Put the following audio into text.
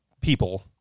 people